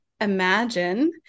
imagine